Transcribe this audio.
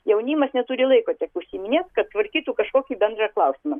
jaunimas neturi laiko tiek užsiiminėt kad tvarkytų kažkokį bendrą klausimą